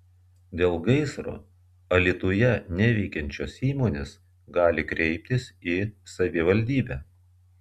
dėl gaisro alytuje neveikiančios įmonės gali kreiptis į savivaldybę